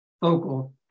focal